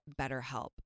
BetterHelp